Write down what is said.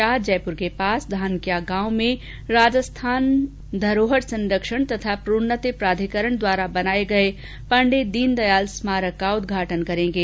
श्री शाह जयपुर के पास धानक्या गांव में राजस्थान धरोहर संरक्षण तथा प्रोन्नति प्राधिकरण द्वारा बनाए गए पंडित दीनदयाल स्मारक का उद्घाटन करेंगे